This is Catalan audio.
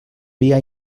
via